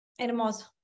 hermoso